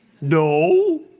No